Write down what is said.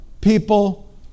people